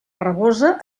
rabosa